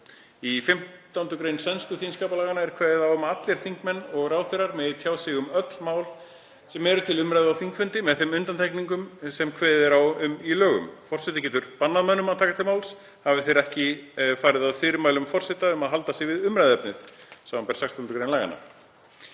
Í 15. gr. sænsku þingskapalaganna er kveðið á um að allir þingmenn og ráðherrar megi tjá sig um öll mál sem eru til umræðu á þingfundi, með þeim undantekningum sem kveðið er á um í lögunum. Forseti getur bannað mönnum að taka til máls, hafi þeir ekki farið að fyrirmælum forseta um að halda sig við umræðuefnið, samanber 16. gr. laganna.